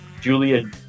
Julia